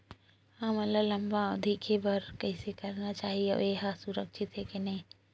हमन ला लंबा अवधि के बर कइसे करना चाही अउ ये हा सुरक्षित हे के नई हे?